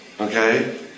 Okay